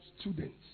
students